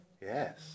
Yes